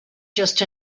just